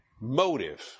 Motive